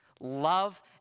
Love